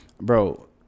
bro